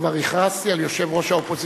כבר הכרזתי על יושבת-ראש האופוזיציה,